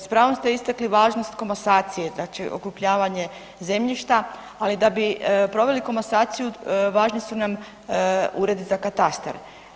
S pravom ste istakli važnost komasacije, znači okrupnjavanje zemljišta, ali da bi proveli komasaciju, važni su nam uredi za katastar.